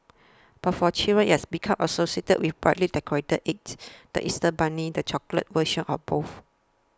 but for children it has become associated with brightly decorated eggs the Easter bunny the chocolate versions of both